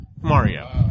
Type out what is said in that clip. Mario